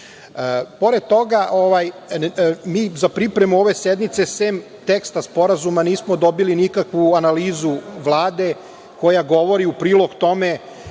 način. Pored toga, mi za pripremu ove sednice sem teksta Sporazuma nismo dobili nikakvu analizu Vlade koja govori u prilog tome